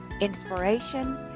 inspiration